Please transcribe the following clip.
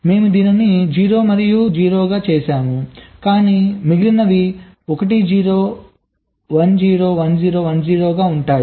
మేము దీన్ని 0 మరియు 0 గా చేసాము కానీ మిగిలినవి 1 0 1 0 1 0 1 0 గా ఉంటాయి